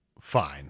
fine